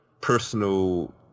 personal